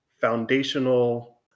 foundational